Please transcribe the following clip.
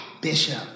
Bishop